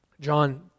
John